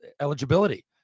eligibility